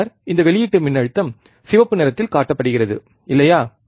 பின்னர் இந்த வெளியீட்டு மின்னழுத்தம் சிவப்பு நிறத்தில் காட்டப்படுகிறது இல்லையா